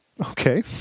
Okay